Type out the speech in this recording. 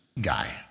guy